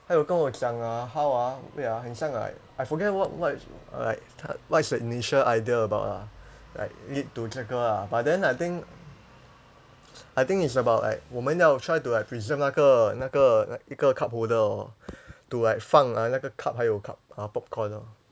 他有跟我讲啊 how ah wait ah 很像 like I forget what what like what is the initial idea about lah like need to 这个啊 but then I think I think it's about like 我们要 try to like preserve 那个那个一个 cup holder lor to like 放那个 cup 还有 cup uh popcorn lor